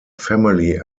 family